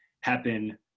happen